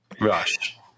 Rush